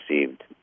received